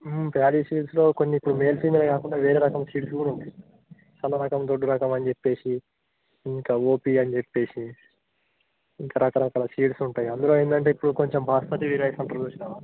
paddy సీడ్స్లో కొన్ని ఇప్పుడు మేల్ ఫిమేల్ కాకుండా వేరే రకం సీడ్స్ కూడా ఉంటయి సన్న రకం దొడ్డు రకం అని చెప్పి ఇంకా ఓపీ అని చెప్పేసి ఇంకా రకరకాల సీడ్స్ ఉంటాయి అందులో ఏంటంటే ఇప్పుడు కొంచెం బాస్మతి రైస్ అంటారు చూసినావా